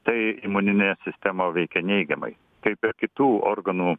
tai imuninę sistemą veikia neigiamai kaip ir kitų organų